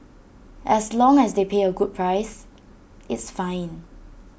as long as they pay A good price it's fine